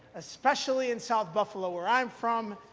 especially in south buffalo where i'm from.